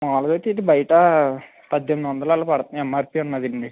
మాములుగా అయితే ఇది బయట పద్దెనిమిది వందలు అలా పడుతున్నాయి ఎంఆర్పీ ఉన్నాదండి